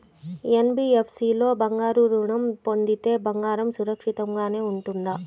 NBFC లో బంగారు ఋణం పొందితే బంగారం సురక్షితంగానే ఉంటుందా?